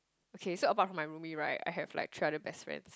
okay so apart from my roomie right I have like three other best friend